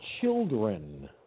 children